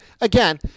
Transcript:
again